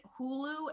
Hulu